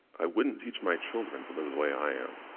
i wouldn't teach my children to live the way i am.